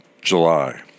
July